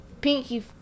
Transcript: pinky